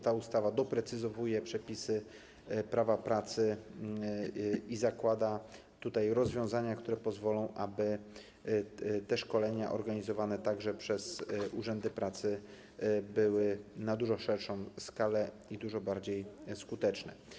Ta ustawa doprecyzowuje przepisy Prawa pracy i zakłada rozwiązania, które pozwolą, aby te szkolenia były organizowane także przez urzędy pracy na dużo szerszą skalę i dużo bardziej skutecznie.